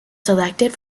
selected